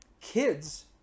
kids